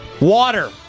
Water